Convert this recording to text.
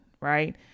Right